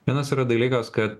vienas yra dalykas kad